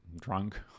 drunk